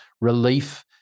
relief